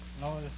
No